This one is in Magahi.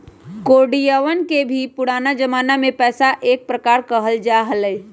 कौडियवन के भी पुराना जमाना में पैसा के एक प्रकार कहल जा हलय